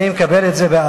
אני מקבל את זה באהבה.